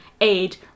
aid